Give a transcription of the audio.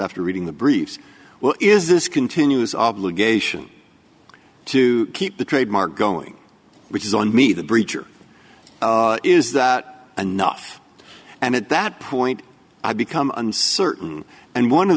after reading the briefs well is this continuous obligation to keep the trademark going which is on me the breach or is that enough and at that point i become uncertain and one of